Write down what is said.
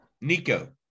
Nico